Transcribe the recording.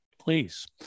Please